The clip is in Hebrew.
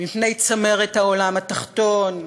מפני צמרת העולם התחתון,